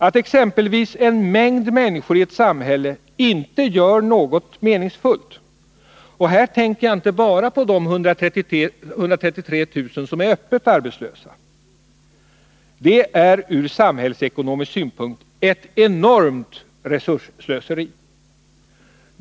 Att exempelvis en mängd människor i ett samhälle inte gör någonting meningsfullt — och här tänker jag inte bara på de 133 000 som är öppet arbetslösa — är ur samhällsekonomisk synpunkt ett enormt resursslöseri.